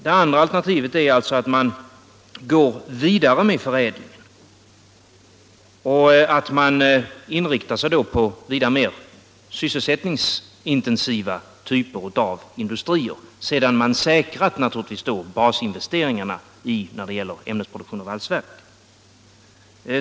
Det andra alternativet är att man går vidare med förädlingen och att man då inriktar sig på vida mer sysselsättningsintensiva typer av industrier, naturligtvis sedan man säkrat basinvesteringarna när det gäller ämnesproduktion och valsverk.